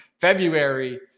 February